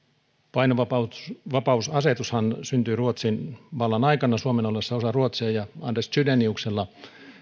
painovapausasetushan syntyi ruotsin vallan aikana suomen ollessa osa ruotsia ja anders chydeniuksella